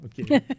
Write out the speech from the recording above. Okay